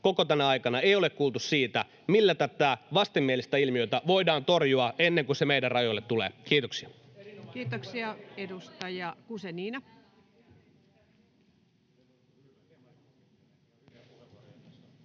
koko tänä aikana ei ole kuultu siitä, millä tätä vastenmielistä ilmiötä voidaan torjua ennen kuin se meidän rajoille tulee. — Kiitoksia. [Speech 56]